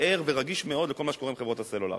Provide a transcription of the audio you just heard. ער ורגיש מאוד לכל מה שקורה עם חברות הסלולר.